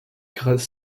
gratte